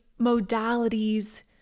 modalities